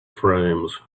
frames